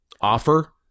offer